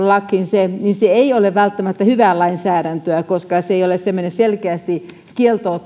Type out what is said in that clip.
lakiin sen ei ole välttämättä hyvää lainsäädäntöä koska se ei ole selkeästi semmoinen kielto